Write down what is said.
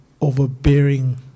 Overbearing